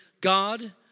God